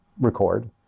record